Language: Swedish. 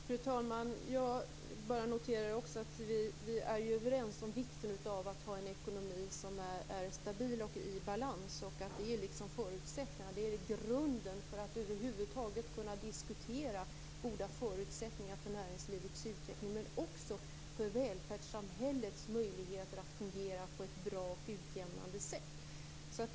Fru talman! Jag noterar också att vi är överens om vikten av att ha en ekonomi som är stabil och i balans och att det är förutsättningen - grunden - för att över huvud taget kunna diskutera goda förutsättningar för näringslivets utveckling, och också för välfärdssamhällets möjligheter att fungera på ett bra och utjämnande sätt.